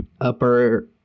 upper